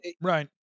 Right